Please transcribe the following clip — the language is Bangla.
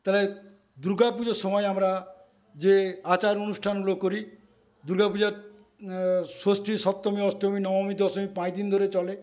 তাহলে দুর্গাপুজোর সময় আমরা যে আচার অনুষ্ঠানগুলো করি দুর্গাপূজার ষষ্ঠী সপ্তমী অষ্টমী নবমী দশমী পাঁচদিন ধরে চলে